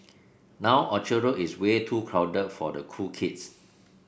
now Orchard Road is way too crowded for the cool kids